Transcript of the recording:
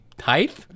height